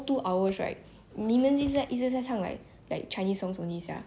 eh but slowly slowly right then they introduced me to more then now I